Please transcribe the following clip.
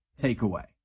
takeaway